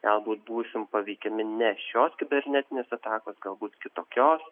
galbūt būsim paveikiami ne šios kibernetinės atakos galbūt kitokios